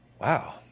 wow